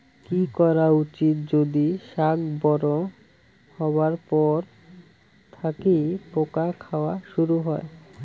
কি করা উচিৎ যদি শাক বড়ো হবার পর থাকি পোকা খাওয়া শুরু হয়?